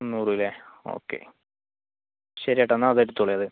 മുന്നൂറ് ഇല്ലെ ഓക്കെ ശരി ഏട്ടാ എന്നാൽ അത് എടുത്തോളൂ അത്